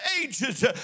ages